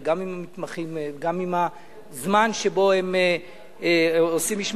וגם עם זמן המשמרת שהמתמחים עושים.